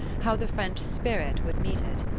how the french spirit would meet it,